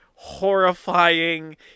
horrifying